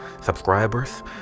subscribers